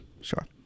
sure